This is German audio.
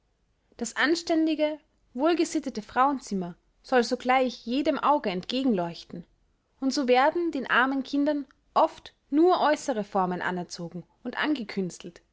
das anständige wohlgesittete frauenzimmer soll sogleich jedem auge entgegenleuchten und so werden den armen kindern oft nur äußere formen anerzogen und